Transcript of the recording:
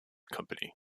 company